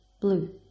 blue